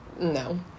No